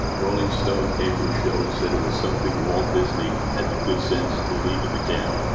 rolling stone came to his show and said it was something walt disney had the good sense to leave in the can